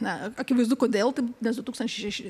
na akivaizdu kodėl taip nes du tūkstantis šeši